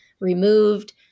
removed